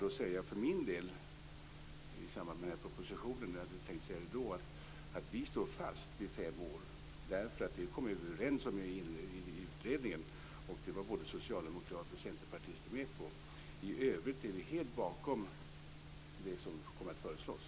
Jag vill för min del säga att vi står fast vid fem år därför att vi kom överens om det i utredningen. Det var både socialdemokrater och centerpartister med på. I övrigt står vi helt bakom det som kommer att föreslås.